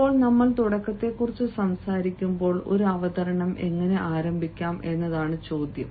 ഇപ്പോൾ നമ്മൾ തുടക്കത്തെക്കുറിച്ച് സംസാരിക്കുമ്പോൾ ഒരു അവതരണം എങ്ങനെ ആരംഭിക്കാം എന്നതാണ് ചോദ്യം